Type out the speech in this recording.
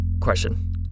question